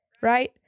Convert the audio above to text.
Right